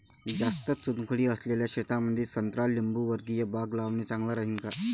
जास्त चुनखडी असलेल्या शेतामंदी संत्रा लिंबूवर्गीय बाग लावणे चांगलं राहिन का?